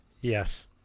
Yes